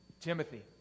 Timothy